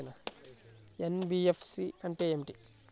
NBFC అంటే ఏమిటి?